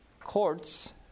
courts